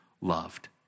loved